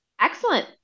Excellent